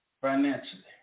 financially